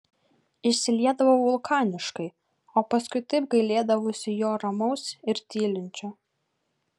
išsiliedavau vulkaniškai o paskui taip gailėdavausi jo ramaus ir tylinčio